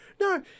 No